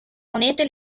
monete